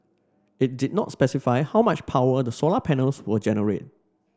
it did not specify how much power the solar panels will generate